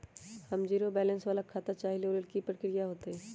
हम zero balance वाला खाता चाहइले वो लेल की की प्रक्रिया होतई?